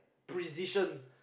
precision